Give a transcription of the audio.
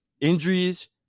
injuries